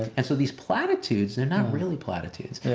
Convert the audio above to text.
and so these platitudes, they're not really platitudes.